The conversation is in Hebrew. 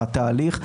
התהליך,